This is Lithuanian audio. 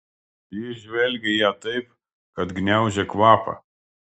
jis žvelgė į ją taip kad gniaužė kvapą